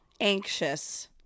Anxious